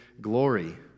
glory